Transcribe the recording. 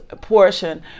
portion